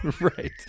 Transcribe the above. Right